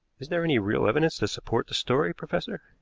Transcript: is there any real evidence to support the story, professor?